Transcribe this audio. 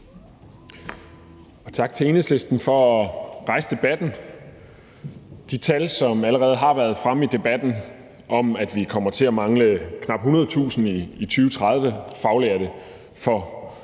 tak til Enhedslisten for at rejse debatten. De tal, som allerede har været fremme i debatten, der viser, at vi kommer til at mangle knap 100.000 faglærte i